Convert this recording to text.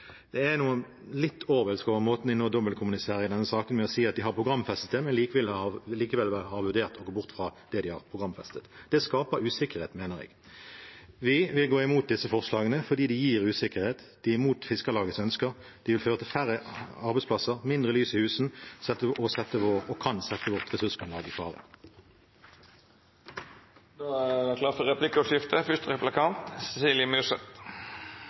Det er noe litt orwellsk over måten de nå dobbeltkommuniserer på i denne saken, med å si at de har programfestet det, men likevel har vurdert å gå bort fra det de har programfestet. Det skaper usikkerhet, mener jeg. Vi vil gå imot disse forslagene fordi de gir usikkerhet, de er imot Fiskarlagets ønsker, og de vil føre til færre arbeidsplasser, mindre lys i husene og kan sette vårt ressursgrunnlag i fare. Det vert replikkordskifte.